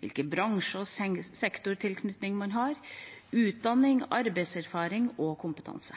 hvilken bransje- og sektortilknytning man har, utdanning, arbeidserfaring og kompetanse.